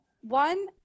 one